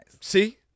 See